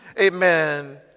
amen